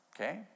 Okay